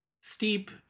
steep